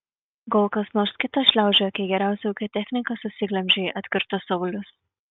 gal kas nors kitas šliaužiojo kai geriausią ūkio techniką susiglemžei atkirto saulius